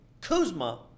Kuzma